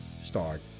start